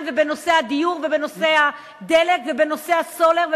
ובנושא הביוב ובנושא הדלק ובנושא הסולר.